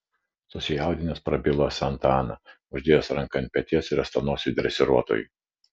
susijaudinęs prabilo santa ana uždėjęs ranką ant peties riestanosiui dresiruotojui